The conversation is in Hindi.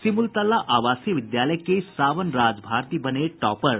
सिमुलतला आवासीय विद्यालय के सावन राज भारती बने टॉपर